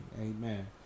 amen